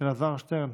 אלעזר שטרן.